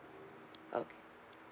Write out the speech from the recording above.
okay